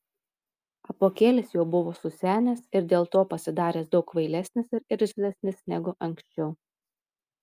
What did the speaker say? apuokėlis jau buvo susenęs ir dėl to pasidaręs daug kvailesnis ir irzlesnis negu anksčiau